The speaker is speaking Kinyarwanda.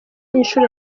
inshuro